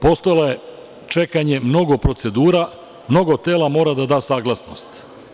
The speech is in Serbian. Postojalo je čekanje mnogo procedura, mnogo tela mora da da saglasnost.